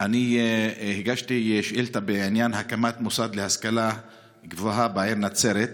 אני הגשתי שאילתה בעניין הקמת מוסד להשכלה גבוהה בעיר נצרת.